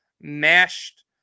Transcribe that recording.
mashed